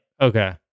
Okay